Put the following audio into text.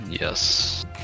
Yes